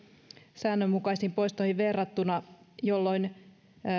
säännönmukaisiin poistoihin verrattuna jolloin